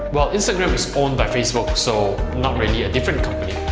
well instagram is owned by facebook so not really a different company.